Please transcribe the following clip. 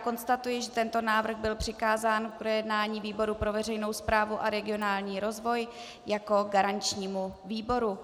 Konstatuji, že tento návrh byl přikázán k projednání výboru pro veřejnou správu a regionální rozvoj jako garančnímu výboru.